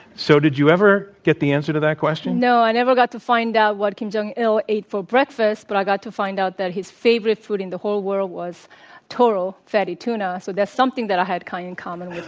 so, did you ever get the answer to that question? no. i never got to find out what kim jong il ate for breakfast, but i got to find out that his favorite food in the whole world was toro fatty tuna, so that's something that i had kind of in common with